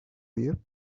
you